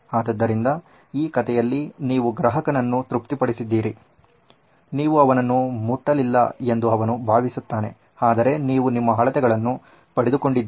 ಆದ್ದರಿಂದ ಈ ರೀತಿಯಲ್ಲಿ ನೀವು ಗ್ರಾಹಕರನ್ನು ತೃಪ್ತಿಪಡಿಸಿದ್ದೀರಿ ನೀವು ಅವನ್ನು ಮುಟ್ಟಲಿಲ್ಲ ಎಂದು ಅವನು ಭಾವಿಸುತ್ತಾನೆ ಆದರೆ ನೀವು ನಿಮ್ಮ ಅಳತೆಗಳನ್ನು ಪಡೆದುಕೊಂಡಿದ್ದೀರಿ